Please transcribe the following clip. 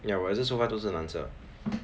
ya 我的也是 so far 都是蓝色